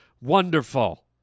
wonderful